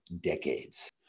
decades